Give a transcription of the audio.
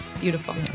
beautiful